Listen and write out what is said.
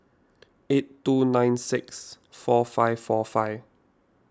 eight two nine six four five four five